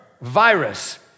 virus